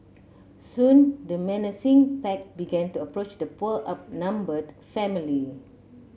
soon the menacing pack began to approach the poor outnumbered family